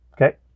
Okay